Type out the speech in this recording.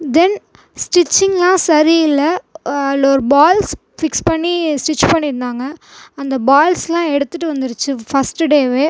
தென் ஸ்ட்ரிச்சிங்லாம் சரி இல்லை அதில் ஒரு பால்ஸ் ஃபிக்ஸ் பண்ணி ஸ்ட்ரிக்ச் பண்ணிருந்தாங்கள் அந்த பால்ஸுலாம் எடுத்துட்டு வந்துருச்சு ஃபர்ஸ்ட்டு டேவே